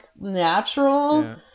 natural